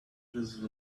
was